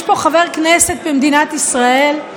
יש פה חבר כנסת במדינת ישראל,